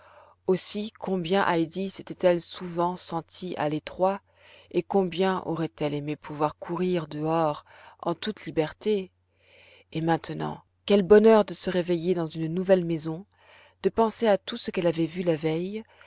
aussi combien heidi s'était-elle souvent sentie à l'étroit et combien aurait-elle aimé pouvoir courir dehors en toute liberté et maintenant quel bonheur de se réveiller dans une nouvelle maison de penser à tout ce qu'elle avait vu la veille